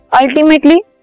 ultimately